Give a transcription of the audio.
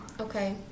okay